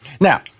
now